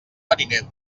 mariner